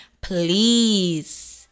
Please